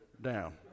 down